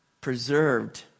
Preserved